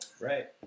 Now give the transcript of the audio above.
Right